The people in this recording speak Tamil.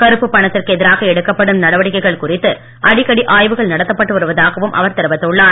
கருப்பு பணத்திற்கு எதிராக எடுக்கப்படும் நடவடிக்கைகள் குறித்து அடிக்கடி ஆய்வுகள் நடத்தப்பட்டு வருவதாகவும் அவர் தெரிவித்துள்ளார்